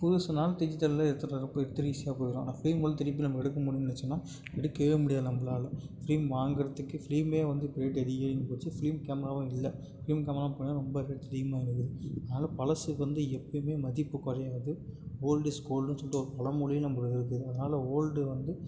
புதுசுனாலும் டிஜிட்டலில் எடுத்துட்டு வர ஈஸியாக போயிரும் ஆனால் ஃபிலீம்ரோல் திருப்பி நம்ப எடுக்க முடியுன்னு நினைச்சினா எடுக்கவே முடியாது நம்மளால ஃபிலீம் வாங்கிறதுக்கு ஃபிலீமே வந்து இப்போ ரேட்டு அதிகரிச்சி போச்சு ஃபிலீம் கேமராவும் இல்லை ஃபிலீம் கேமரா இப்பெல்லாம் ரொம்ப ரேட்டு அதிகமாக வருது அதனால பழசுக்கு வந்து எப்போயுமே மதிப்பு குறையாது ஓல்ட் இஸ் கோல்டுன்னு சொல்லிட்டு ஒரு பலமொழியே நம்பளுக்கு இருக்குது அதனால ஓல்டு வந்து